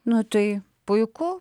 nu tai puiku